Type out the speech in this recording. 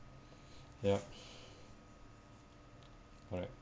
yup correct